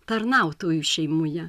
tarnautojų šeimoje